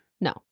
No